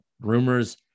rumors